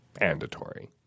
mandatory